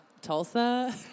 Tulsa